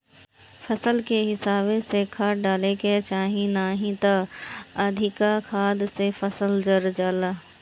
फसल के हिसाबे से खाद डाले के चाही नाही त अधिका खाद से फसल जर जाला